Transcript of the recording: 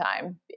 time